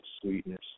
sweetness